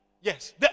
Yes